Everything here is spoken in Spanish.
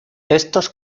estos